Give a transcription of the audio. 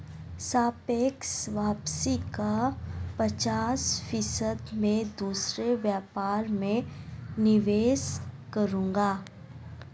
सापेक्ष वापसी का पचास फीसद मैं दूसरे व्यापार में निवेश करूंगा